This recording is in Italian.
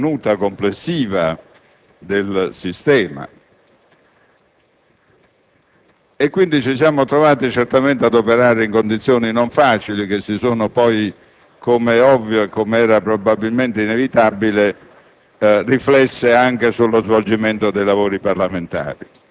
porre a rischio la tenuta complessiva del sistema. Ci siamo trovati certamente ad operare in condizioni non facili che si sono poi - come è ovvio e come era probabilmente inevitabile